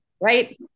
Right